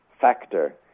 factor